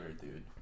dude